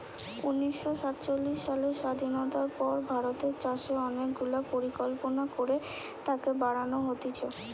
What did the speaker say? উনিশ শ সাতচল্লিশ সালের স্বাধীনতার পর ভারতের চাষে অনেক গুলা পরিকল্পনা করে তাকে বাড়ান হতিছে